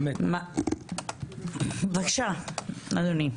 בבקשה, אדוני.